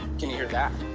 can you hear that?